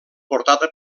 portada